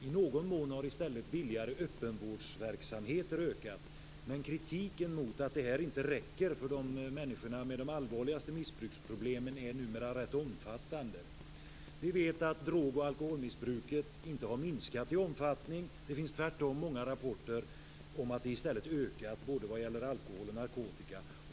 I någon mån har i stället billigare öppenvårdsverksamhet ökat. Men kritiken mot att det här inte räcker för de människor som har de allvarligaste missbruksproblemen är numera rätt omfattande. Vi vet att drog och alkoholmissbruket inte har minskat i omfattning. Det finns tvärtom många rapporter om att det i stället ökar både vad gäller alkohol och narkotika.